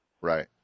Right